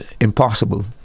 impossible